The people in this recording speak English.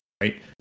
right